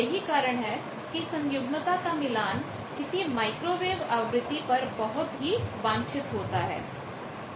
यही कारण है कि सन्युग्मता का मिलान conjugate matchingकोंजूगेट मैचिंग किसी माइक्रोवेव आवृत्ति पर बहुत ही वांछित होता है